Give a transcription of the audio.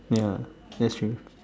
ya that's true